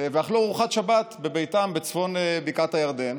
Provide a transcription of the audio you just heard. ואכלו ארוחת שבת בביתם בצפון בקעת הירדן.